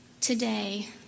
today